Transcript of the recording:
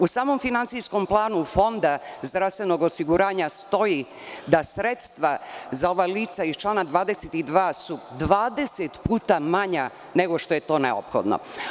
U samom finansijskom planu Fonda zdravstvenog osiguranja stoji da su sredstva za ova lica iz člana 22. dvadeset puta manja nego što je to neophodno.